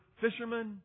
fishermen